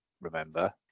remember